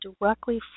directly